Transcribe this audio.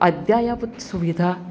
अद्ययावत सुविधा